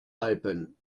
alpen